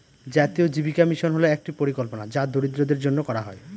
জাতীয় জীবিকা মিশন হল একটি পরিকল্পনা যা দরিদ্রদের জন্য করা হয়